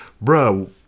bro